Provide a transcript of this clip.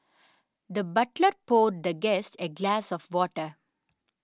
the butler poured the guest a glass of water